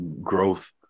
growth